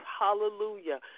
Hallelujah